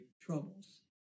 troubles